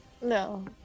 No